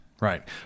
Right